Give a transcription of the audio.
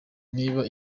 niba